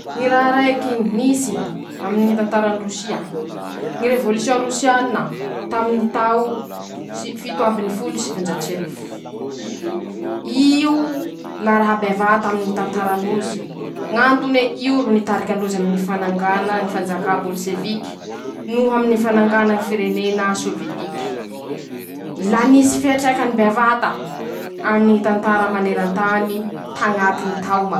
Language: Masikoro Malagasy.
Ñy raha raiky nisy aminy ñy tantarany Rosia: ñy revôlisiôn Rosiana, taminy tao sy fito ambiny folo sivanjato sy arivo, io la raha bevata aminy ñy tantara ndrozy, ñ'antone io ro nitarik'androze aminy ñy fanangana ñy fanjakana bôliseviky noho aminy ñy fanangana firenena sôvietike, la nisy fiatraikany bevata aminy ñy tantara manerantany tañatiny tao m.